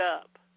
up